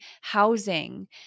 housing